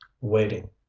waiting